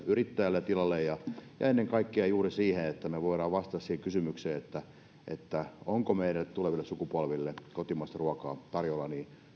yrittäjälle tilalle ja ennen kaikkea juuri siksi että me voimme vastata siihen kysymykseen onko meidän tuleville sukupolvillemme kotimaista ruokaa tarjolla